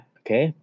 okay